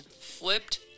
flipped